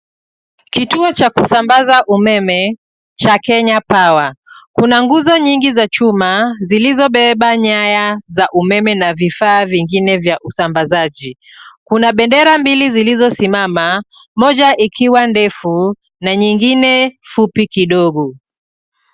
Kituo cha kusambaza umeme cha KENYA POWER, kuna nguzo nyingi za chuma zilizobeba nyaya za umeme na vifaa vingine vya usambazaji. Kuna bendera mbili zilizosimama moja ikiwa ndefu na nyingine fupi kidogo.